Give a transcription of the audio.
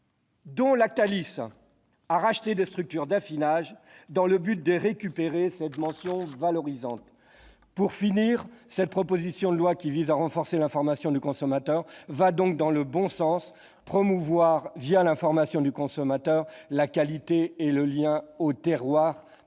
dont Lactalis, a racheté des structures d'affinage, afin de récupérer cette mention valorisante. Pour finir, cette proposition de loi, qui vise à renforcer l'information du consommateur, va dans le bon sens : promouvoir, l'information du consommateur, la qualité et le lien au terroir est